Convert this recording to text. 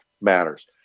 matters